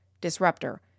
Disruptor